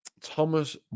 thomas